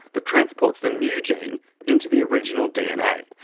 that transports the new gene into the original dna.